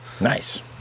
nice